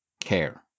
care